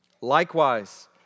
Likewise